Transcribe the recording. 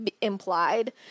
implied